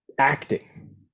acting